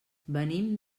venim